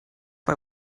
bei